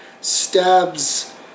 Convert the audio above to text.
stabs